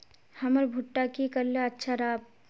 हमर भुट्टा की करले अच्छा राब?